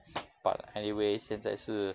but anyway 现在是